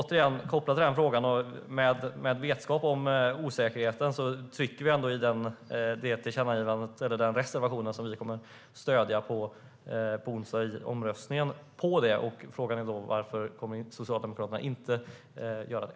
Återigen: Kopplat till den frågan och med vetskap om osäkerheten kommer vi ändå att stödja reservationen i omröstningen på onsdag och rösta på den. Frågan är varför Socialdemokraterna inte kommer att göra det.